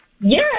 Yes